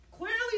Clearly